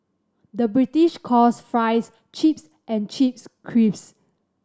the British calls fries chips and chips crisps